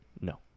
No